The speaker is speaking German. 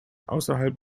außerhalb